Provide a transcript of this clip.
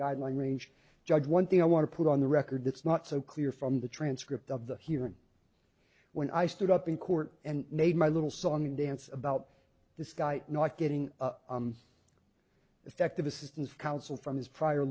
guideline range judge one thing i want to put on the record that's not so clear from the transcript of the hearing when i stood up in court and made my little song and dance about this guy not getting effective assistance of counsel from his prior